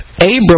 abram